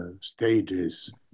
stages